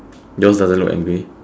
yours doesn't look angry